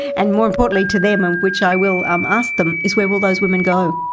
and more importantly to them, and which i will um ask them, is where will those women go?